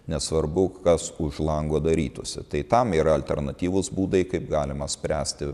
nesvarbu kas už lango darytųsi tai tam yra alternatyvūs būdai kaip galima spręsti